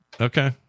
Okay